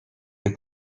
the